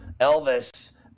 elvis